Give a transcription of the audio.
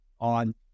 on